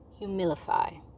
humilify